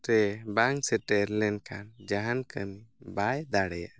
ᱨᱮ ᱵᱟᱝ ᱥᱮᱴᱮᱨ ᱞᱮᱱᱠᱷᱟᱱ ᱡᱟᱦᱟᱱ ᱠᱟᱹᱢᱤ ᱵᱟᱭ ᱫᱟᱲᱮᱭᱟᱜᱼᱟ